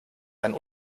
ein